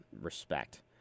respect